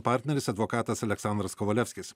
partneris advokatas aleksandras kovalevskis